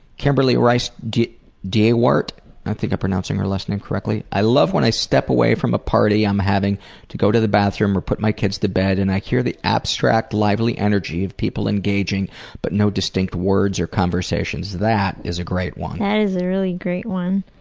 kimberly rice dewart i think i'm pronouncing her last name correctly i love when i step away from a party i'm having to go to the bathroom or put my kids to bed and i hear the abstract lively energy of people engaging but no distinct words or conversations. that is a great one. that is a really great one.